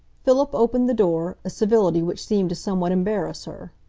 philip opened the door, a civility which seemed to somewhat embarrass her.